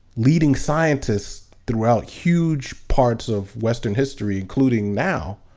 leading scientists throughout huge parts of western history, including now,